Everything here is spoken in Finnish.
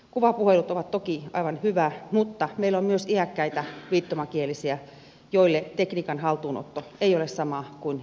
kuvapuhelut ovat toki aivan hyvä asia mutta meillä on myös iäkkäitä viittomakielisiä joille tekniikan haltuunotto ei ole samaa kuin nuorille ihmisille